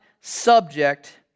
subject